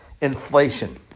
inflation